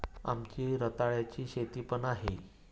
आमची रताळ्याची शेती पण आहे